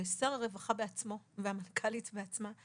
ושר הרווחה בעצמו והמנכ"לית בעצמה,